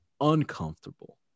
uncomfortable